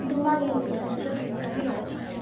ꯑꯗꯨ ꯃꯥꯒꯤ ꯂꯣꯀꯦꯁꯟꯗꯨꯁꯨ ꯑꯗꯨꯝ ꯊꯥꯕꯤꯔꯛꯑꯣ ꯁꯣꯝꯅ